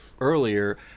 earlier